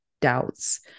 doubts